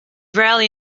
rarely